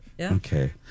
Okay